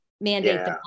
mandate